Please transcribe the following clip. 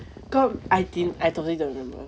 god I didn't I totally didn't remember